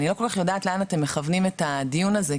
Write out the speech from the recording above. אני לא כל כך יודעת לאן אתם מכוונים את הדיון הזה,